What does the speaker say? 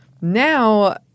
Now